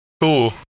Cool